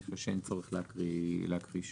אני חושב שאין צורך להקריא שוב.